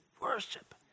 worship